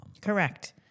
Correct